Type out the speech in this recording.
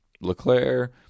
LeClaire